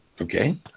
Okay